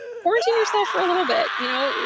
quarantine yourself for a little bit. you know,